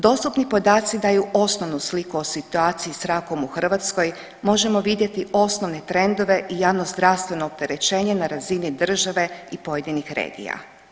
Dostupni podaci daju osnovnu sliku o situaciji s rakom u Hrvatskoj možemo vidjeti osnovne trendove i javnozdravstveno opterećenje na razini države i pojedinih regija.